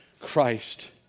Christ